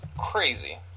crazy